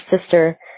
sister